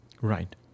Right